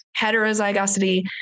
heterozygosity